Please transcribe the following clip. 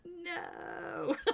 No